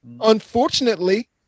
Unfortunately